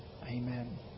Amen